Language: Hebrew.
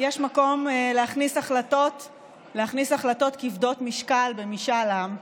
יש מקום להכניס החלטות כבדות משקל במשאל עם.